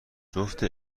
جفت